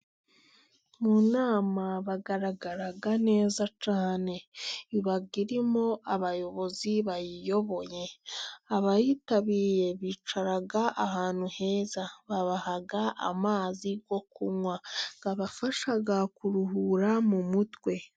Mu nama bagaragara neza cyane, iba irimo abayobozi bayiyoboye, abayitabiye bicara ahantu heza, babaha amazi yo kunywa, abafasha kuruhura mu mutwe.